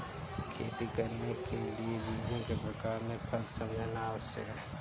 खेती करने के लिए बीजों के प्रकार में फर्क समझना आवश्यक है